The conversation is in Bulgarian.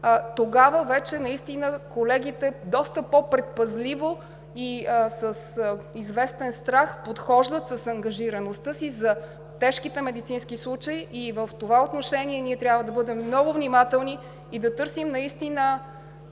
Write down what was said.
тогава вече наистина колегите доста по-предпазливо и с известен страх подхождат с ангажираността си за тежките медицински случаи. В това отношение ние трябва да бъдем много внимателни и да търсим тази